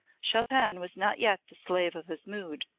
chopin was not yet the slave of his mood.